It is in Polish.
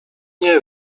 nie